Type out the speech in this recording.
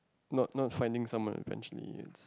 not not finding someone eventually